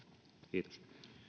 kiitos